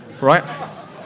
right